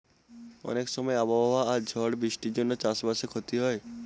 অনেক সময় আবহাওয়া আর ঝড় বৃষ্টির জন্য চাষ বাসে ক্ষতি হয়